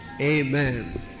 Amen